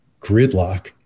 gridlock